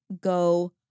go